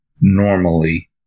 normally